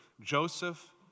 Joseph